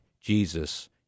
Jesus